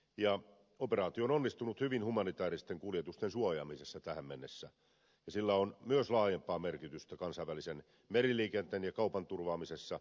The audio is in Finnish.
operaatio on onnistunut hyvin humanitääristen kuljetusten suojaamisessa tähän mennessä ja sillä on myös laajempaa merkitystä kansainvälisen meriliikenteen ja kaupan turvaamisessa